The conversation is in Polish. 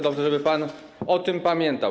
Dobrze, żeby pan o tym pamiętał.